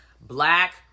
black